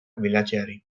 bilatzeari